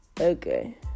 okay